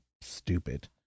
stupid